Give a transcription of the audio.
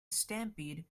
stampede